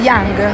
Young